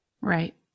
Right